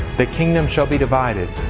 the kingdom shall be divided.